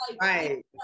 right